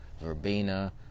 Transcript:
Verbena